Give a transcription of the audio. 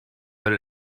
but